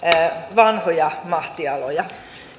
vanhoja mahtialoja